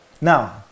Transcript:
Now